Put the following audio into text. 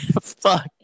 Fuck